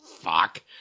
Fuck